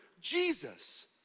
Jesus